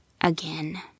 again